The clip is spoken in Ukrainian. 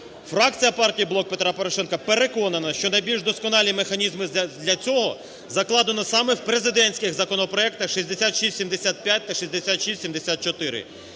Фракція партії "Блок Петра Порошенка" переконана, що найбільш досконалі механізми для цього закладено саме в президентських законопроектах 6675 та 6674,